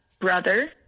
brother